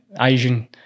Asian